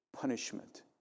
punishment